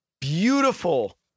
Beautiful